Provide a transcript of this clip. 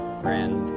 friend